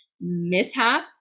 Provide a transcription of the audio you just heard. mishap